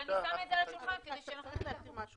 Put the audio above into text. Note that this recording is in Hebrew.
אני שמה את זה על השולחן כדי --- אני חייבת להגיד משהו.